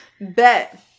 Bet